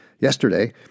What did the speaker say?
Yesterday